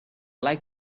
like